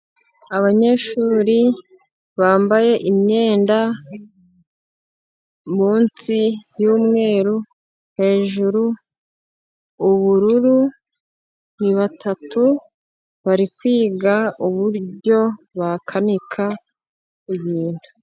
Abanyeshuri bambaye imyenda, munsi y'umweru, hejuru ubururu, ni batatu bari kwiga uburyo bakanika ibintu.